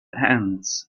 ants